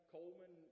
Coleman